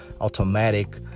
automatic